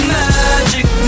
magic